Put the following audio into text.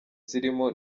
zirimo